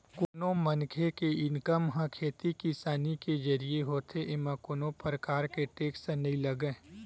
कोनो मनखे के इनकम ह खेती किसानी के जरिए होथे एमा कोनो परकार के टेक्स नइ लगय